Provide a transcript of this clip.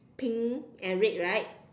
pink and red right